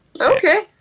Okay